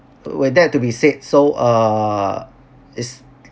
were that to be said so err is